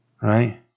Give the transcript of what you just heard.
Right